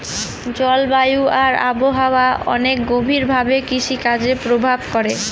জলবায়ু আর আবহাওয়া অনেক গভীর ভাবে কৃষিকাজে প্রভাব করে